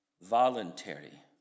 voluntary